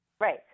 Right